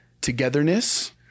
togetherness